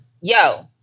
Yo